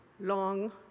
long